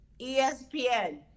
ESPN